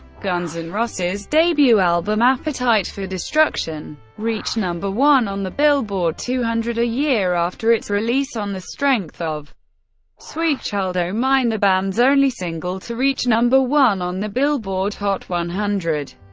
guns n' and roses' debut album, appetite for destruction, reached number one on the billboard two hundred a year after its release, on the strength of sweet child o' mine, the band's only single to reach number one on the billboard hot one hundred.